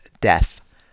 death